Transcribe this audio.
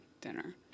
dinner